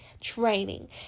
training